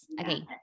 Okay